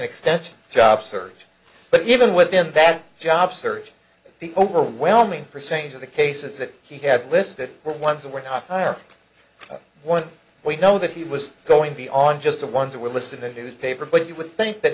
extension job search but even within that job search the overwhelming percentage of the cases that he had listed were ones that were higher than one we know that he was going to be on just the ones that were listed in a newspaper but you would think that